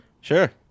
Sure